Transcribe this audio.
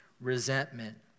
resentment